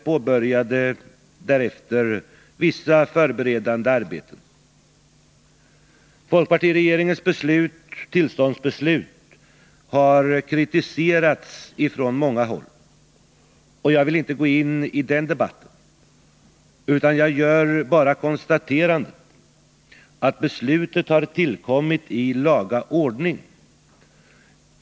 Folkpartiregeringens tillståndsbeslut har kritiserats från många håll. Jag vill inte gå in i den debatten, utan gör bara konstaterandet att beslutet har tillkommit i laga ordning.